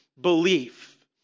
belief